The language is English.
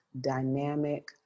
dynamic